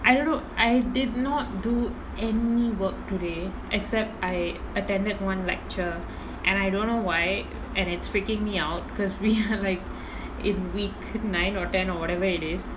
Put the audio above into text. I don't know I did not do any work today except I attended one lecture and I don't know why and it's freaking me out because we are like in week nine or ten or whatever it is